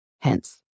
Hence